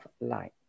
Light